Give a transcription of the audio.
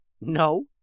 No